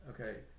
okay